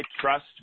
trust